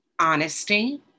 honesty